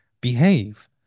behave